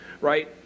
right